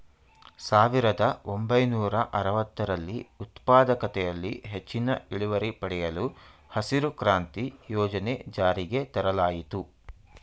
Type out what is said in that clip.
ಸಾವಿರದ ಒಂಬೈನೂರ ಅರವತ್ತರಲ್ಲಿ ಉತ್ಪಾದಕತೆಯಲ್ಲಿ ಹೆಚ್ಚಿನ ಇಳುವರಿ ಪಡೆಯಲು ಹಸಿರು ಕ್ರಾಂತಿ ಯೋಜನೆ ಜಾರಿಗೆ ತರಲಾಯಿತು